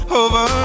over